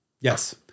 yes